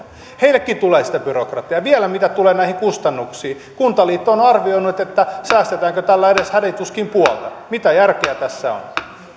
heillekin tulee sitä byrokratiaa vielä mitä tulee näihin kustannuksiin kuntaliitto on on arvioinut että säästetään tällä edes hädin tuskin puolta mitä järkeä tässä on